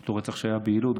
אותו רצח שהיה בלוד.